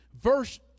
verse